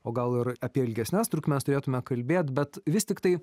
o gal ir apie ilgesnes trukmes turėtume kalbėt bet vis tiktai